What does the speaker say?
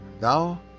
Thou